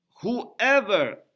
whoever